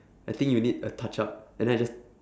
I think you need a touch up and then I just